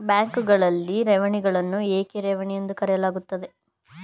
ಬ್ಯಾಂಕುಗಳಲ್ಲಿನ ಠೇವಣಿಗಳನ್ನು ಏಕೆ ಠೇವಣಿ ಎಂದು ಕರೆಯಲಾಗುತ್ತದೆ?